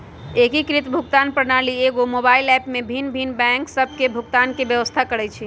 एकीकृत भुगतान प्रणाली एकेगो मोबाइल ऐप में भिन्न भिन्न बैंक सभ के भुगतान के व्यवस्था करइ छइ